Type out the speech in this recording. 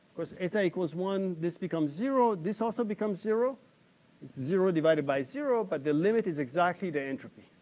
course, eta equals one, this becomes zero, this also becomes zero. it's zero divided by zero, but the limit is exactly the entropy,